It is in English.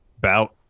Bout